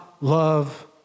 love